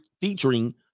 featuring